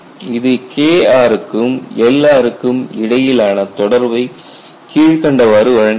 இது Kr க்கும் Lr க்கும் இடையிலான தொடர்பை கீழ்கண்டவாறு வழங்குகிறது